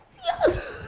yes!